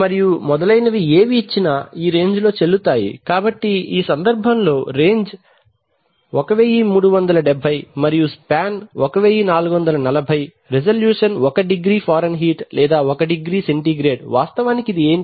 మరియు మొదలైనవి ఏవి ఇచ్చినా ఈ రేంజ్ లో చెల్లుతాయి కాబట్టి ఈ సందర్భంలో రేంజ్ 1370 మరియు స్పాన్ 1440 రిజల్యూషన్ ఒక డిగ్రీ F లేదా ఒక డిగ్రీ C వాస్తవానికి ఇది ఏమిటి